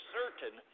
certain